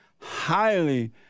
highly